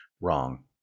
wrong